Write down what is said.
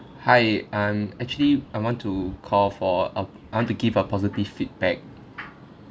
hi um actually I want to call for a I want to give a positive feedback